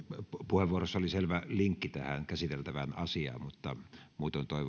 puheenvuorossa oli selvä linkki tähän käsiteltävään asiaan mutta muutoin